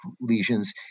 lesions